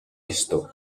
esto